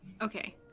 Okay